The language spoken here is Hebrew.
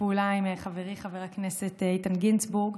פעולה עם חברי חבר הכנסת איתן גינזבורג,